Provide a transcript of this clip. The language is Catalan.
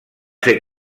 ser